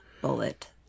bullet